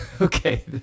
Okay